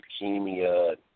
leukemia